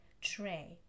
tray